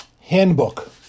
handbook